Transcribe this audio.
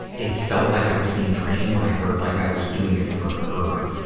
it felt like i was bring drained by her, like i was doing it for her.